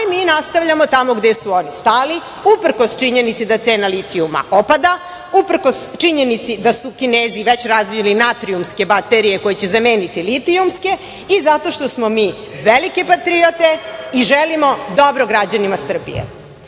ali mi nastavljamo tamo gde su oni stali, uprkos činjenici da cena litijuma opada, uprkos činjenici da su Kinezi već razvili natrijumske baterije koje će zameniti litijumske i zato što smo mi velike patriote i želimo dobro građanima